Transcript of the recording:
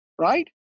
right